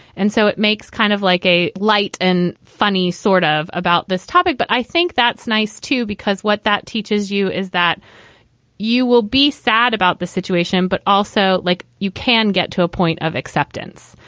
and so it makes kind of like a light and funny sort of about this topic. but i think that's nice, too, because what that teaches you is that you will be sad about the situation, but also like you can get to a point of acceptance.